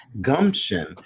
gumption